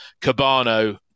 Cabano